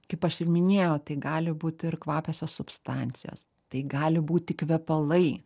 kaip aš ir minėjau tai gali būt ir kvapiosios substancijos tai gali būti kvepalai